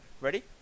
Ready